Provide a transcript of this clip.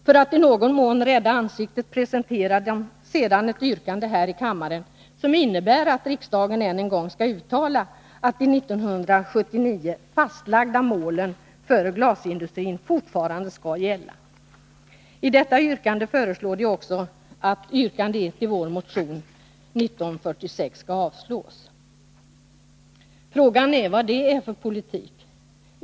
För att i någon mån rädda ansiktet presenterade de sedan ett yrkande här i kammaren, som innebär att riksdagen än en gång skall uttala att de 1979 fastlagda målen för glasindustrin fortfarande skall gälla. I detta yrkande föreslår de också att yrkande 1 i vår motion 1946 skall avslås. Vad är detta för politik?